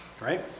right